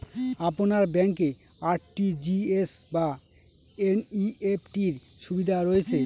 আপনার ব্যাংকে আর.টি.জি.এস বা এন.ই.এফ.টি র সুবিধা রয়েছে?